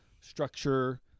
structure